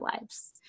lives